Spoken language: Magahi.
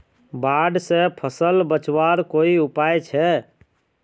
बाढ़ से फसल बचवार कोई उपाय छे?